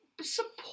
support